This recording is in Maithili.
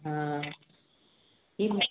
हँ कि भेल